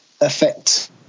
affect